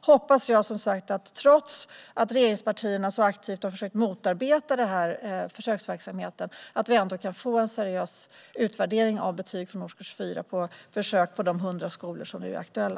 hoppas jag att vi trots att regeringspartierna så aktivt har försökt motarbeta försöksverksamheten ändå kan få en seriös utvärdering av betyg från årskurs 4 på försök på de 100 skolor som nu är aktuella.